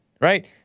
right